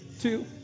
Two